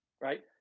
right